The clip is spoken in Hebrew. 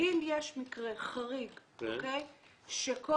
לעתים קשה פשוט לחזור לילד ולהשיג אותו עוד פעם במידה שהוא לא השאיר